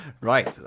right